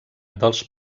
dels